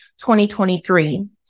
2023